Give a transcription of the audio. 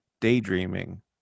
Daydreaming